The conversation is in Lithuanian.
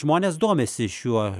žmonės domisi šiuo